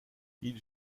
ils